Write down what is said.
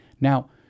Now